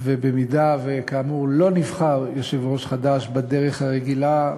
ואם כאמור לא נבחר יושב-ראש חדש בדרך הרגילה,